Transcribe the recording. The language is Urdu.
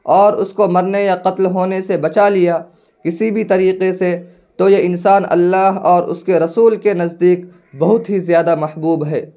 اور اس کو مرنے یا قتل ہونے سے بچا لیا کسی بھی طریقے سے تو یہ انسان اللہ اور اس کے رسول کے نزدیک بہت ہی زیادہ محبوب ہے